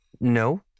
no